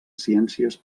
ciències